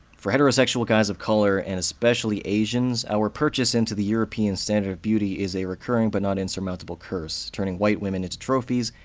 for heterosexual guys of color, and especially asians, our purchase into the european standard of beauty is a recurring but not insurmountable curse, turning white women into trophies,